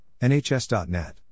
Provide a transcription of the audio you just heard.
NHS.net